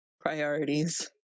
priorities